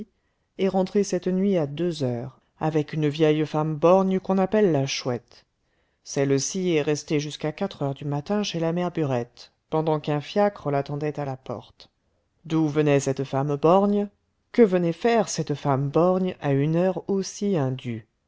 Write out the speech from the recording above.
est rentré cette nuit à deux heures avec une vieille femme borgne qu'on appelle la chouette celle-ci est restée jusqu'à quatre heures du matin chez la mère burette pendant qu'un fiacre l'attendait à la porte d'où venait cette femme borgne que venait faire cette femme borgne à une heure aussi indue